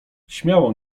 śmiało